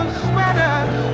sweaters